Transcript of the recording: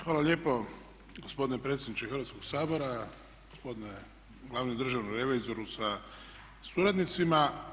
Hvala lijepo gospodine predsjedniče Hrvatskoga sabora, gospodine glavni državni revizoru sa suradnicima.